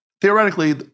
theoretically